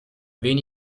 wen